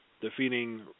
defeating